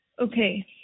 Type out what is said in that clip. Okay